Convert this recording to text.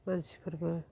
मानसिफोरबो